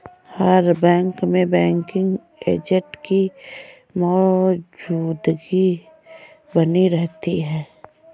हर bank में banking agent की मौजूदगी बनी रहती है